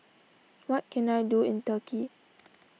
what can I do in Turkey